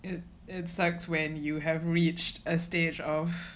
it it sucks when you have reached a stage of